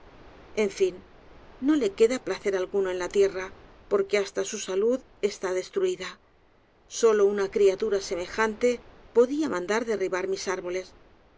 en fin no le queda placer alguno en la tierra porque hasta su salud está destruida solo una criatura semejante podía mandar derribar mis árboles